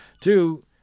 Two